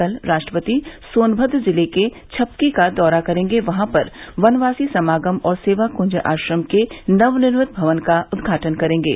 कल राष्ट्रपति सोनमद्र जिले के चपकी का दौरा करेंगे वहां पर वनवासी समागम और सेवा कृंज आश्रम के नवनिर्मित भवन का उद्घाटन करेंगे